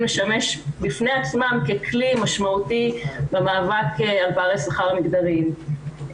לשמש בפני עצמם ככלי משמעותי במאבק על פערי שכר מגדריים.